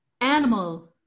animal